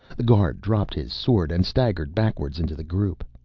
the guard dropped his sword and staggered backwards into the group.